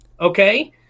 Okay